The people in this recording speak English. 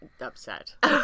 upset